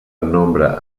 nombre